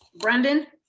brendan.